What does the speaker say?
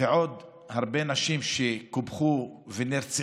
ושל עוד הרבה נשים שקופחו ונרצחו